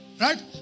Right